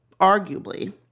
arguably